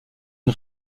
une